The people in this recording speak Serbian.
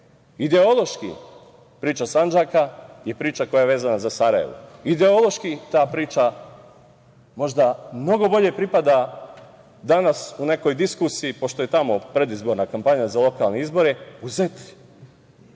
nemamo. Ideološki, priča Sandžaka je priča koja je vezana za Sarajevo. Ideološki ta priča možda mnogo bolje pripada danas u nekoj diskusiji, pošto je i tamo predizborna kampanja za lokalne izbore, u